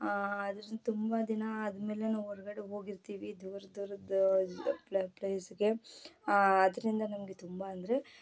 ಅದರಿಂದ ತುಂಬ ದಿನ ಆದಮೇಲೆ ನಾವು ಹೊರಗಡೆ ಹೋಗಿರ್ತೀವಿ ದೂರ ದೂರದ ಪ್ಲೇಸಿಗೆ ಆದ್ದರಿಂದ ನಮಗೆ ತುಂಬ ಅಂದರೆ